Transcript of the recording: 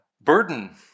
burden